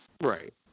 Right